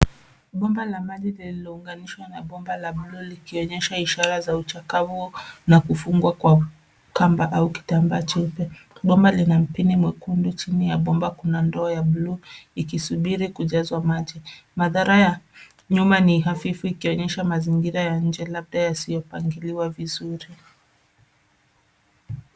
Bomba la maji lililounganishwa na bomba la buluu likionyesha ishara za uchakavu na kufungwa kwa kamba au kitambaa cheupe. Bomba lina mpini mwekundu. Chini ya bomba kuna ndio ya buluu ikisubiri kujazwa maji. Mandhari ya nyuma ni hafifu ikionyesha mazingira ya nje labda yasiyo pangiliwa vizuri.